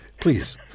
Please